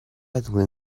heddlu